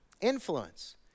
Influence